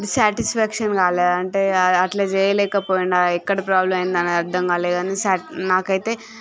స్సాటిస్ఫాక్షన్కాలే అంతే అట్లా చెయ్యలేకపోయిండా ఎక్కడ ప్రాబ్లమ్ అయ్యింది అర్దంకాలేదు సాట్ నాకు అయితే